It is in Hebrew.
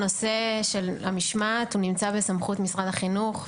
הנושא של המשמעת נמצא בסמכות משרד החינוך,